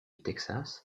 texas